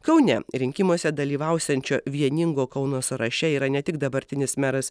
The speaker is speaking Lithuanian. kaune rinkimuose dalyvausiančio vieningo kauno sąraše yra ne tik dabartinis meras